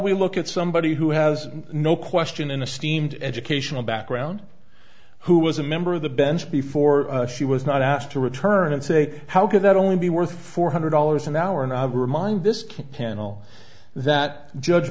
we look at somebody who has no question in a steamed educational background who was a member of the bench before she was not asked to return and say how could that only be worth four hundred dollars an hour never mind this panel that judge